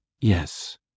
Yes